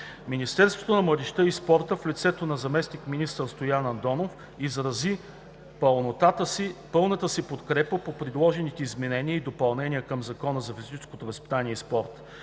Министерството на младежта и спорта в лицето на заместник министър Стоян Андонов изрази пълната си подкрепа по предложените изменения и допълнения към Закона за физическото възпитание и спорт.